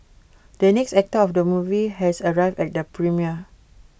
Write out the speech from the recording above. the actor of the movie has arrived at the premiere